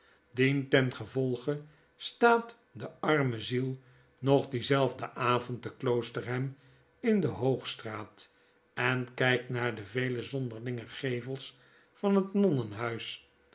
dientengevolge staat de arme ziel nog dienzelfden avond te kloosterham indehoogstraat en kykt naar de vele zonderlinge gevels van het